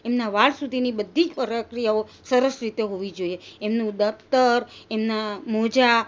એમના વાળ સુધીની બધી પ્રક્રિયાઓ સરસ રીતે હોવી જોઈએ એમનું દફતર એમના મોજા